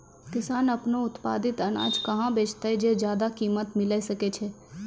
किसान आपनो उत्पादित अनाज कहाँ बेचतै जे ज्यादा कीमत मिलैल सकै छै?